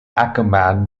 akerman